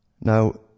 Now